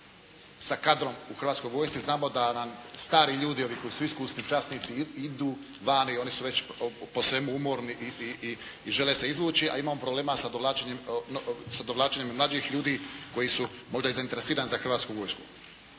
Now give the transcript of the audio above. sa kadrom u Hrvatskoj vojsci, znamo da nam stari ljudi, ovi koji su iskusni časnici, idu vani i oni su već po svemu umorni i žele se izvući, a imam problema sa dovlačenjem mlađih ljudi koji su možda i zainteresirani za Hrvatsku vojsku.